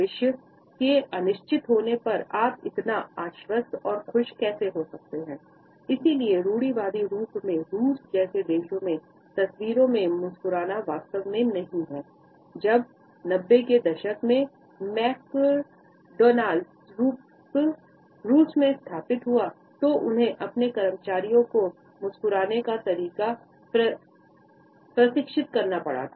भविष्य के अनिश्चित होने पर आप इतना आश्वस्त और खुश कैसे हो सकते हैं इसलिए रूढ़िवादी रूप में रूस जैसे देशो में तस्वीरों में मुस्कुराना वास्तव में नहीं जब नब्बे के दशक में मैकडॉनल्ड्स रूस में स्थापित हुआ तो उन्हें अपने कर्मचारियों को मुस्कुराने का तरीका प्रशिक्षित करना पड़ा था